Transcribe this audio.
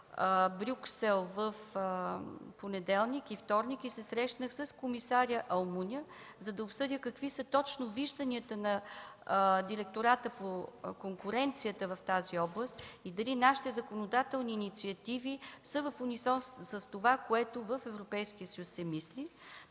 Брюксел в понеделник и вторник и се срещнах с комисаря Алмуня, за да обсъдя какви са точно вижданията на Директора по конкуренцията в тази област и дали нашите законодателни инициативи са в унисон с това, което се мисли в Европейския съюз.